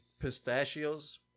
pistachios